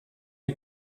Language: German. die